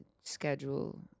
schedule